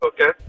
Okay